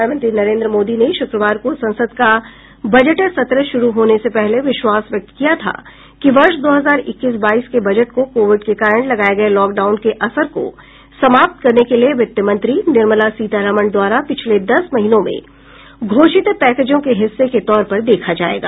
प्रधानमंत्री नरेन्द्र मोदी ने शुक्रवार को संसद का बजट सत्र शुरू होने से पहले विश्वास व्यक्त किया था कि वर्ष दो हजार इक्कीस बाईस के बजट को कोविड के कारण लगाये गये लॉकडाउन के असर को समाप्त करने के लिए वित्त मंत्री निर्मला सीतारामन द्वारा पिछले दस महीनों में घोषित पैकेजों के हिस्से के तौर पर देखा जायेगा